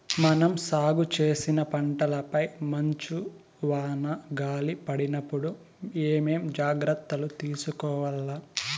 మనం సాగు చేసిన పంటపై మంచు, వాన, గాలి పడినప్పుడు ఏమేం జాగ్రత్తలు తీసుకోవల్ల?